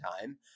time